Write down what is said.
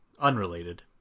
unrelated